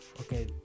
okay